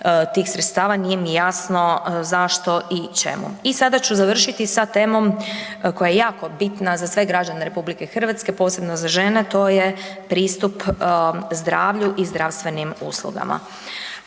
tih sredstava, nije mi jasno zašto i čemu. I sada ću završiti sa temom koja je jako bitna za sve građane RH, posebno za žene, to je pristup zdravlju i zdravstvenim uslugama.